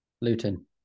Luton